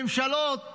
ממשלות